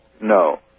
No